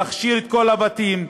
להכשיר את כל הבתים.